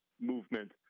movement